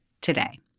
today